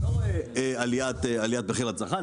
אתה לא רואה עלייה במחיר לצרכן,